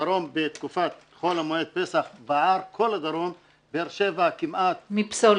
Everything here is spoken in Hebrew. בתקופת חול המועד פסח כל הדרום בער מפסולת,